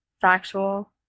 factual